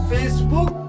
Facebook